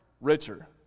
richer